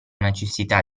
necessità